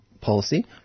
policy